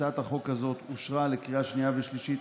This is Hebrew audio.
הצעת החוק הזאת אושרה לקריאה שנייה ושלישית.